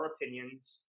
opinions